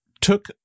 took